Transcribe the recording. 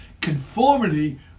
Conformity